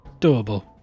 Doable